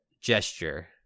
gesture